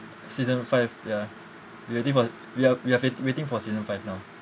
season five ya we waiting for we are we are wait waiting for season five now